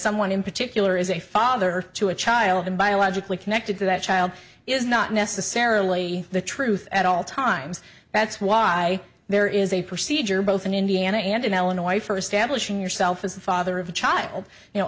someone in particular is a father to a child and biologically connected to that child is not necessarily the truth at all times that's why there is a procedure both in indiana and in illinois for stablish in yourself as the father of a child you know